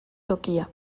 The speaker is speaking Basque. tokia